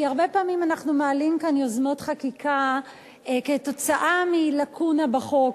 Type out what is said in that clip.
כי הרבה פעמים אנחנו מעלים כאן יוזמות חקיקה עקב לקונה בחוק,